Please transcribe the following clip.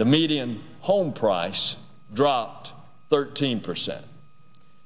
the median home price dropped thirteen percent